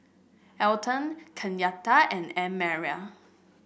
Elon Kenyatta and Annmarie